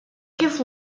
kif